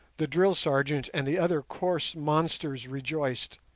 the drill sergeant and the other coarse monsters rejoiced.